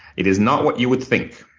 it is not what you would think.